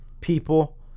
people